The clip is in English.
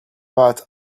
but